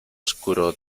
oscuro